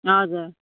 हजुर